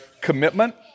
commitment